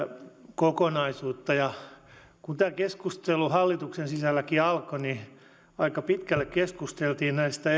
kokonaisuutta ja kun tämä keskustelu hallituksen sisälläkin alkoi niin aika pitkälle keskusteltiin näistä